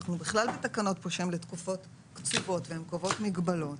אנחנו בכלל בתקנות כאן שהן לתקופות קצובות והן קובעות מגבלות.